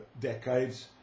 decades